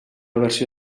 versió